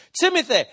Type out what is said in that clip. Timothy